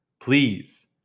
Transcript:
please